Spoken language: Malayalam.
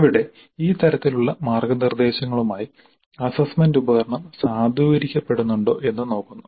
അവിടെ ഈ തരത്തിലുള്ള മാർഗ്ഗനിർദ്ദേശങ്ങളുമായി അസ്സസ്സ്മെന്റ് ഉപകരണം സാധൂകരിക്കപ്പെടുന്നുണ്ടോ എന്ന് നോക്കുന്നു